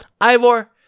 Ivor